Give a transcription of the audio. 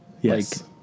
Yes